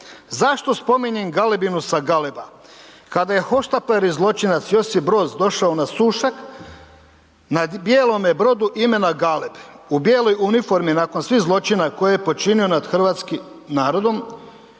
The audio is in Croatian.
Zašto spominjem galebinu sa Galeba? Kada je hoštapler i zločinac Josip Broz došao na Sušak na bijelome brodu imena Galeb, u bijeloj uniformi nakon svih zločina koje je počinio nad hrvatskim narodom,